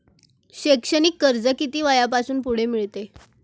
शैक्षणिक कर्ज किती वयापासून पुढे मिळते?